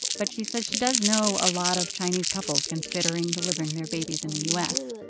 but she says she does know a lot of chinese couples considering delivering their babies in the u s.